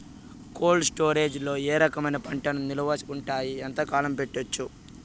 Cold storage లో ఏ రకమైన పంటలు నిలువ ఉంటాయి, ఎంతకాలం పెట్టొచ్చు?